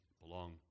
belong